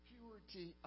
Purity